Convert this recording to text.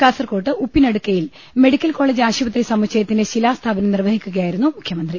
കാസർകോഡ് ഉപ്പിനടുക്കയിൽ medical college ആശുപത്രി സമുച്ചയത്തിന്റെ ശിലാസ്ഥാപനം നിർവ്വഹിക്കുകയായി രുന്നു മുഖ്യമന്ത്രി